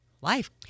life